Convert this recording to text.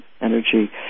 energy